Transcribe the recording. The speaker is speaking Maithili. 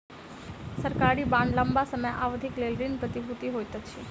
सरकारी बांड लम्बा समय अवधिक लेल ऋण प्रतिभूति होइत अछि